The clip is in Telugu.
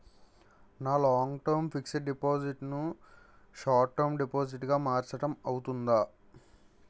నా లాంగ్ టర్మ్ ఫిక్సడ్ డిపాజిట్ ను షార్ట్ టర్మ్ డిపాజిట్ గా మార్చటం అవ్తుందా?